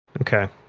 Okay